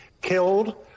killed